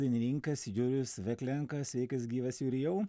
dainininkas jurijus veklenka sveikas gyvas ir jau